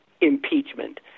impeachment